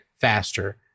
faster